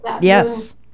Yes